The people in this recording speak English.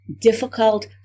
difficult